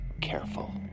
careful